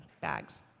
bags